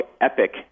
Epic